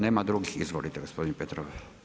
Nema drugih, izvolite gospodine Petrov.